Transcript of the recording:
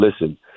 listen